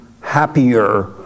happier